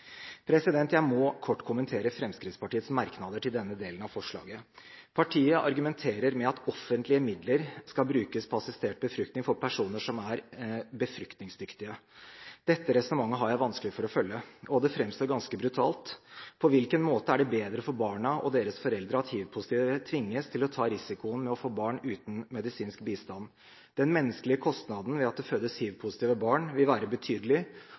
Jeg må kort kommentere Fremskrittspartiets merknader til denne delen av forslaget. Partiet argumenterer med at «offentlige midler» skal brukes på assistert befruktning for personer som er «befruktningsdyktige». Dette resonnementet har jeg vanskelig for å følge, og det framstår ganske brutalt. På hvilken måte er det bedre for barna og deres foreldre at hivpositive tvinges til å ta risikoen med å få barn uten medisinsk bistand? Den menneskelige kostnaden ved at det fødes hivpositive barn vil være betydelig,